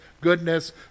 goodness